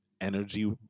energy